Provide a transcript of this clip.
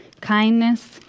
kindness